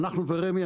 אנחנו ורמ"י,